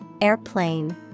airplane